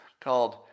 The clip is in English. Called